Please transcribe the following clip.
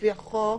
לפי החוק,